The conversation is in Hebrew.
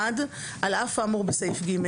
"(ג1) על אף האמור בסעיף (ג),